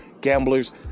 Gambler's